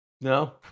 no